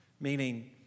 meaning